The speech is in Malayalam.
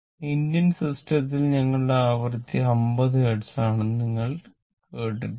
ഇന്ത്യൻ സിസ്റ്റത്തിൽ ഞങ്ങളുടെ ആവൃത്തി 50 ഹെർട്സ് ആണെന്ന് നിങ്ങൾ കേട്ടിട്ടുണ്ട്